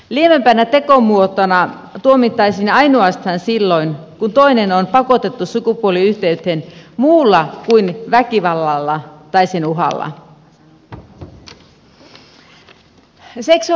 lievempänä tekomuotona tuomittaisiin ainoastaan silloin kun toinen on pakotettu sukupuoliyhteyteen muulla kuin väkivallalla tai sen uhalla